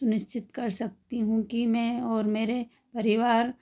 सुनिश्चित कर सकती हूँ कि मैं और मेरे परिवार